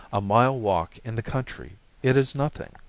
a mile walk in the country it is nothing.